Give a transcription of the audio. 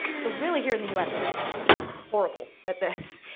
so really here in the us we're horrible at this